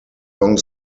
long